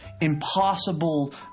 impossible